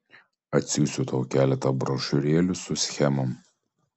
atsiųsiu tau keletą brošiūrėlių su schemom